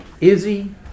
Izzy